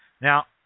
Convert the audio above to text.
Now